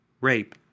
Rape